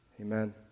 Amen